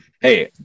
Hey